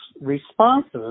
responses